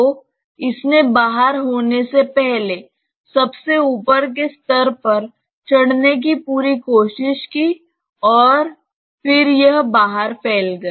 तो इसने बाहर होने से पहले सबसे ऊपर के स्तर पर चढ़ने की पूरी कोशिश की और फिर यह बाहर फैल गया